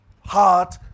heart